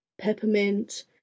peppermint